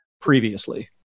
Previously